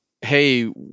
hey